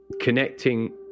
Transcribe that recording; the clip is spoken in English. connecting